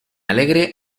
alegre